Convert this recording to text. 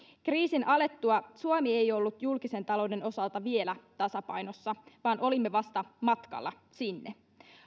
kriisin alettua suomi ei ollut julkisen talouden osalta vielä tasapainossa vaan olimme vasta matkalla sinne